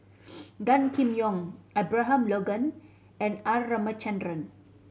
Gan Kim Yong Abraham Logan and R Ramachandran